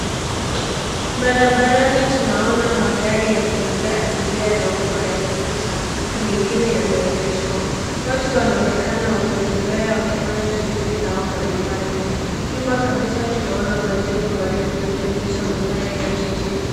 Barabarani tunaona magari ya kubebea abiria ya umma yakipita na mengine yameegeshwa. Watu wanaonekana wakitembea wakifanya shughuli zao mbali mbali. Nyuma kabisa tunaona majengo marefu yakionyesha mandhari ya jiji.